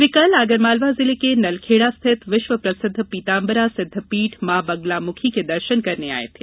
वे कल आगरमालवा जिले के नलखेड़ा स्थित विश्व प्रसिद्ध पीताम्बरा सिद्धपीठ माँ बगलामुखी के दर्शन करने आये थे